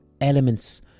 elements